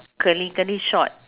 curly curly short